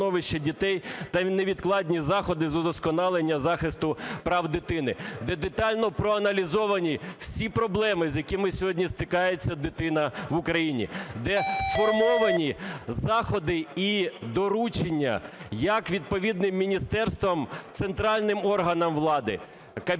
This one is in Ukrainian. де детально проаналізовані всі проблеми, з якими сьогодні стикається дитина в Україні; де сформовані заходи і доручення, як відповідним міністерством, центральним органом влади, Кабінетом